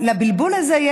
לבלבול הזה,